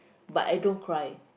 but I don't cry